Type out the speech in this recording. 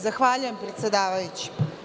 Zahvaljujem, predsedavajući.